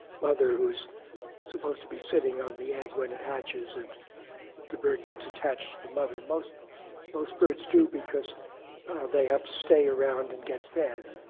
mother, who is supposed to be sitting on the egg when it hatches, and the bird gets attached to the mother. most most birds do, because they have to stay around and get fed.